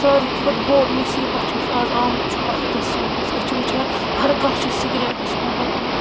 سارنی کھۄتہٕ بوٚڑ مصیبت یُس آز آمُت چھُ وَقتس سٲنِس أسۍ چھِ وُچھان ہر کانٛہہ چھُ سِگریٹس کُن لوٚگمت